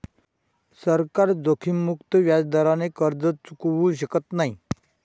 सरकार जोखीममुक्त व्याजदराने कर्ज चुकवू शकत नाही